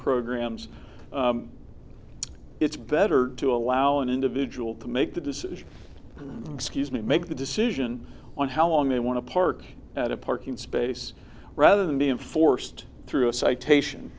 programs it's better to allow an individual to make the decision excuse me make the decision on how long they want to park at a parking space rather than being forced through a citation